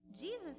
Jesus